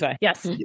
yes